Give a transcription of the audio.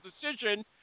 decision